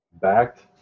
backed